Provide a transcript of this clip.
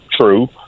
true